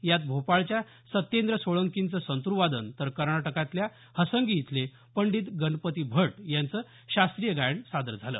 यात भोपाळच्या सत्येंद्र सोळंकींचं संतूर वादन तर कर्नाटकातल्या हसंगी इथले पंडित गणपत भट यांचं शास्त्रीय गायन सादर झालं